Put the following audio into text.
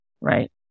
Right